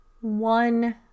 one